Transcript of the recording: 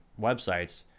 websites